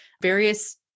various